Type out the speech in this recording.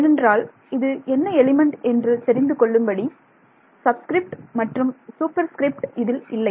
ஏனென்றால் இது என்ன எலிமெண்ட் என்று தெரிந்து கொள்ளும்படி சப்ஸ்கிரிப்ட் மற்றும் சூப்பர்ஸ்கிரிப்ட் இதில் இல்லை